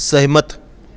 ਸਹਿਮਤ